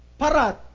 parat